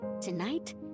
Tonight